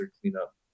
cleanup